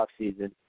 offseason